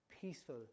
peaceful